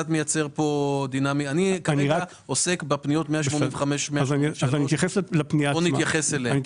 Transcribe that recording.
אני כרגע עוסק בפניות 183 185. בוא נתייחס אליהן.